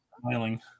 smiling